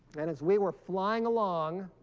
and as we were flying along